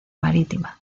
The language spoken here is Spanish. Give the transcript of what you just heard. marítima